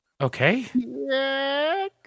Okay